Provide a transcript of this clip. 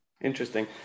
Interesting